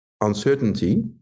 Uncertainty